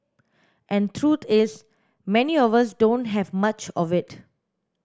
and truth is many of us don't have much of it